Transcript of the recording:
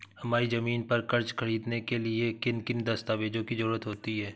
हमारी ज़मीन पर कर्ज ख़रीदने के लिए किन किन दस्तावेजों की जरूरत होती है?